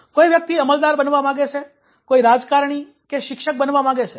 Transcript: કોઈ વ્યક્તિ અમલદાર બનવા માંગે છે કોઈ રાજકારણી કે શિક્ષક બનવા માંગે છે